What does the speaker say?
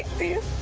fear,